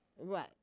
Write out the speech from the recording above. right